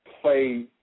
Play